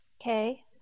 Okay